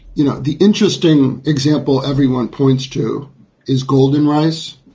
you know, the interesting example everyone points to is golden rice.